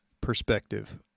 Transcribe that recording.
perspective